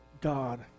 God